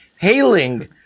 hailing